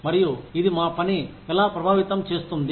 మరియు ఇది మా పని ఎలా ప్రభావితం చేస్తుంది